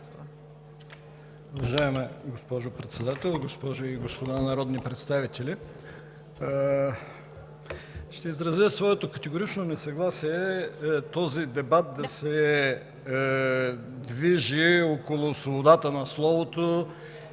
Уважаема госпожо Председател, госпожи и господа народни представители! Ще изразя своето категорично несъгласие този дебат да се движи около свободата на словото